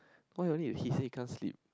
why only if he say can't sleep